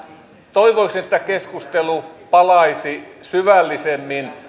toivoisin että keskustelu palaisi syvällisemmin